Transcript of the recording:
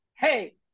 Hey